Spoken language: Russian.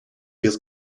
без